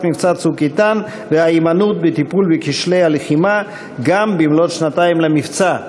מבצע "צוק איתן" וההימנעות מטיפול בכשלי הלחימה גם במלאות שנתיים למבצע.